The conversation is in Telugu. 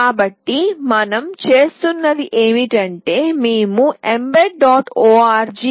కాబట్టి మనం చేస్తున్నది ఏమిటంటే మేము mbed